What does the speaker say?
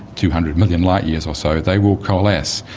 two hundred million light years or so, they will coalesce.